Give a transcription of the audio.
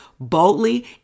Boldly